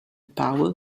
powell